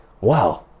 wow